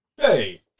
Hey